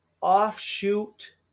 offshoot